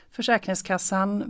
Försäkringskassan